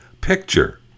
picture